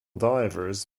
divers